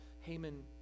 Haman